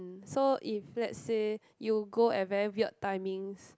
so if let's say you go at very weird timings